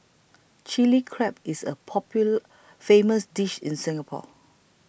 Chilli Crab is a popular famous dish in Singapore